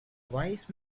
wise